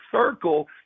circle